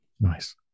Nice